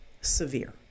severe